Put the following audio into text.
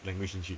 language 进去